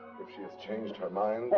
if she have changed her mind? aw,